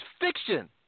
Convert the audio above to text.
fiction